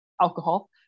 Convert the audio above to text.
alcohol